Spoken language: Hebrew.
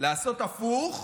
לעשות הפוך,